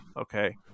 okay